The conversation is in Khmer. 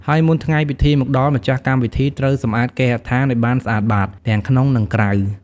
ហើយមុនថ្ងៃពិធីមកដល់ ម្ខាស់កម្មវិធីត្រូវសម្អាតគេហដ្ឋានឲ្យបានស្អាតបាត ទាំងក្នុង និងក្រៅ។